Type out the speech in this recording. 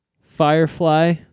Firefly